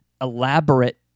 elaborate